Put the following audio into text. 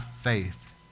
faith